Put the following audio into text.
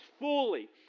fully